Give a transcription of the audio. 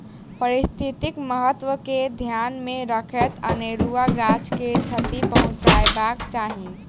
पारिस्थितिक महत्व के ध्यान मे रखैत अनेरुआ गाछ के क्षति पहुँचयबाक चाही